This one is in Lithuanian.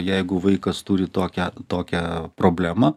jeigu vaikas turi tokią tokią problemą